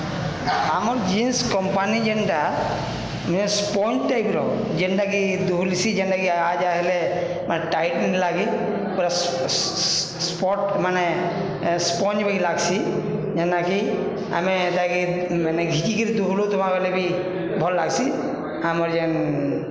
ଆମର୍ jeans company ଯେନ୍ଟା ମାନେ ସ୍ପଞ୍ଜ୍ ଟାଇପ୍ର ଯେନ୍ଟାକି ଦୁହୁଲିସି ଯେନ୍ଟାକି ଆ ଯା ହେଲେ ମାନେ ଟାଇଟ୍ ନି ଲାଗି ପୁରା ସ୍ପଟ୍ ମାନେ ସ୍ପଞ୍ଜ୍ ବାଗିର୍ ଲାଗ୍ସି ଯେନ୍ଟାକି ଆମେ ଇଟାକି ମାନେ ଘିଚିକିରି ଦୁହୁଲଉଥିମା ବଲେ ବି ଭଲ୍ ଲାଗ୍ସି ଆମର୍ ଯେନ୍